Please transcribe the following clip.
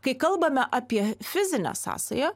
kai kalbame apie fizinę sąsają